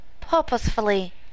purposefully